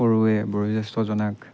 সৰুৱে বয়োজ্যেষ্ঠজনাক